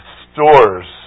stores